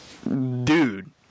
Dude